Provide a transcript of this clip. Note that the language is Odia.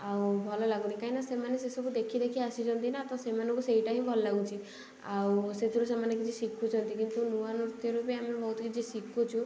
ଆଉ ଭଲ ଲାଗୁନି କାହିଁକିନା ସେମାନେ ସେସବୁ ଦେଖି ଦେଖି ଆସିଚନ୍ତି ନାଁ ତ ସେମାନଙ୍କୁ ସେଇଟା ହିଁ ଭଲ ଲାଗୁଛି ଆଉ ସେଇଥିରୁ ସେମାନେ କିଛି ଶିଖୁଛନ୍ତି କିନ୍ତୁ ନୂଆ ନୃତ୍ୟରୁ ବି ଆମେ ବହୁତ କିଛି ଶିଖୁଛୁ